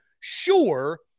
Sure